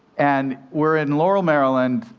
and we're in laurel, maryland,